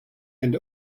and